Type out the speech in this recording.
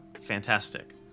fantastic